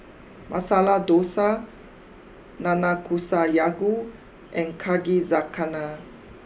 Masala Dosa Nanakusa and Yakizakana